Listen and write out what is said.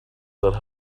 that